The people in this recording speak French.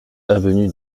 avenue